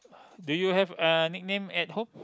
do you have a nickname at home